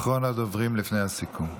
אחרון הדוברים לפני הסיכום.